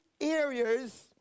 areas